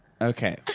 Okay